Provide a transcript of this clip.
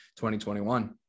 2021